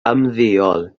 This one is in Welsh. ymddeol